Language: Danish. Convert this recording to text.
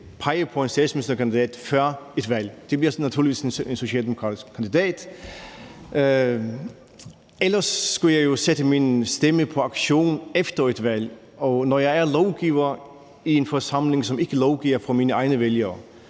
pege på en statsministerkandidat før et valg. Det bliver naturligvis en socialdemokratisk kandidat. Ellers skulle jeg jo sætte min stemme på auktion efter et valg, og når jeg er lovgiver i en forsamling, som ikke lovgiver for mine egne vælgere,